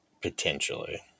Potentially